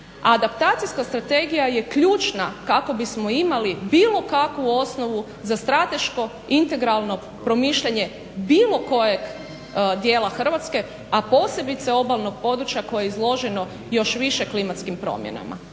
adaptacijska strategija je ključna kako bismo imali bilo kakvu osnovu za strateško integralno promišljanje bilo kojeg dijela Hrvatske, a posebice obalnog područja koje je izloženo još više klimatskim promjenama.